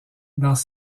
dans